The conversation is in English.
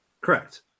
Correct